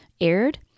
aired